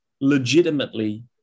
legitimately